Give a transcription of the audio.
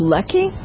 Lucky